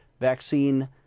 vaccine